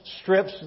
strips